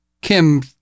Kim